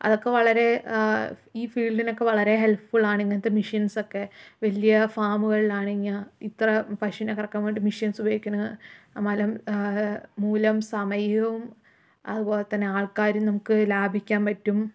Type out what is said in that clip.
അതൊക്കെ വളരെ ഈ ഫീൽഡിനൊക്കെ വളരെ ഹെൽപ്ഫുൾ ആണ് ഇങ്ങനത്തെ മിഷിൻസൊക്കെ വലിയ ഫാമുകളിലാണെങ്കിൽ ഇത്ര പശുവിനെ കറക്കാൻ വേണ്ടി മിഷൻസ് ഉപയോഗിക്കണ മലം മൂലം സമയവും അതുപോലെതന്നെ ആൾക്കാരും നമുക്ക് ലാഭിക്കാൻ പറ്റും